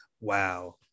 wow